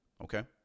Okay